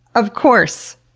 of course!